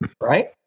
right